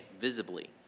visibly